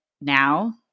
now